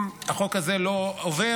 אם החוק הזה לא עובר,